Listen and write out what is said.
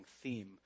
theme